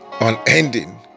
unending